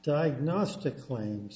diagnostic claims